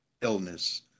illness